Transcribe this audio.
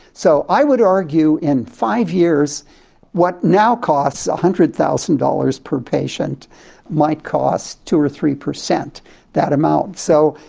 so i would argue in five years what now costs one hundred thousand dollars per patient might cost two or three per cent that amount. so,